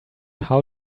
how